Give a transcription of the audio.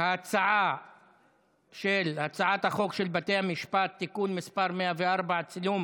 ההצעה להעביר את הצעת חוק בתי המשפט (תיקון מס' 104) (צילום